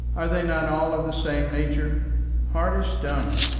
are they not all of the same nature hard as stone,